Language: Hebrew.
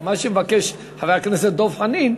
מה שמבקש חבר הכנסת דב חנין,